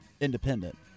independent